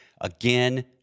Again